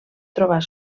trobar